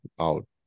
out